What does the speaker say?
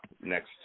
next